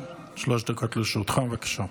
שלוש דקות לרשותך, בבקשה.